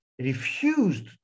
Refused